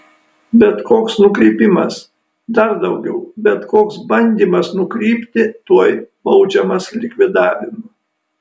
bet koks nukrypimas dar daugiau bet koks bandymas nukrypti tuoj baudžiamas likvidavimu